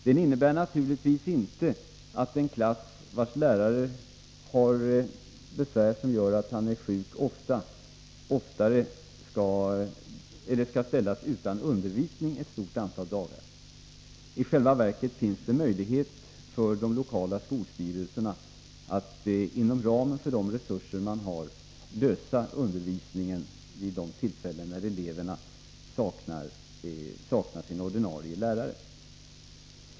Den innebär naturligtvis inte att en klass vars lärare har besvär som gör att han är sjuk ofta skall ställas utan undervisning ett stort antal dagar. I själva verket finns det möjlighet för de lokala skolstyrelserna att inom ramen för de resurser man har ordna undervisningen vid de tillfällen när eleverna saknar sin ordinarie lärare.